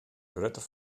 grutter